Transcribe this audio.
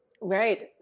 Right